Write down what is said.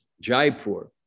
Jaipur